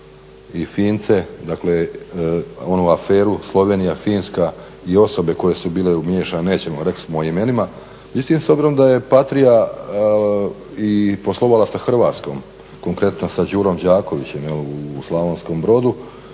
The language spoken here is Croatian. i Fince, dakle onu aferu Slovenija-Finska i osobe koje su bile umiješane, nećemo rekli smo o imenima. Međutim, s obzirom da je Patria i poslovala sa Hrvatskom, konkretno sa Đurom Đakovićem u Slavonskom Brodu